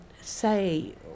say